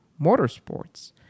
motorsports